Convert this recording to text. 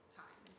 time